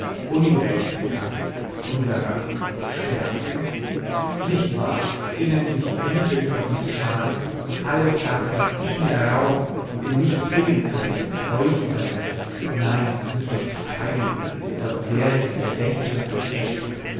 ungerechtigkeit unserer stärke nicht wahr ihr nennt mich gut wenn ich euch nicht schade und alles das was ich mir errauben und in mich zwingen könnte euch überlasse nein mit euch teile sonst wäre ich ein verdächtiger verächter